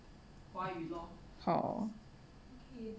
好